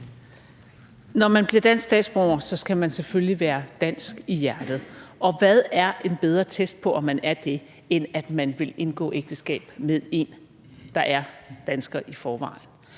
Når man bliver dansk statsborger, skal man selvfølgelig være dansk i hjertet, og hvad er en bedre test på, om man er det, end at man vil indgå ægteskab med en, der er dansker i forvejen!